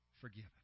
forgiven